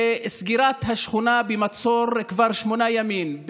וסגירת השכונה במצור כבר שמונה ימים,